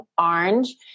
orange